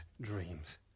dreams